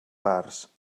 parts